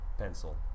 pencil